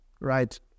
right